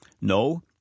No